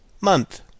month